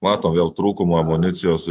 matom vėl trūkumą amunicijos